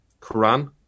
Quran